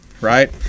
right